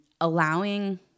allowing